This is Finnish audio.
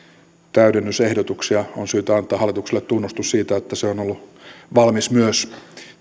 täydennysehdotuksia on syytä antaa hallitukselle tunnustus siitä että se on ollut valmis myös